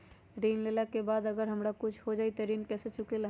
ऋण लेला के बाद अगर हमरा कुछ हो जाइ त ऋण कैसे चुकेला?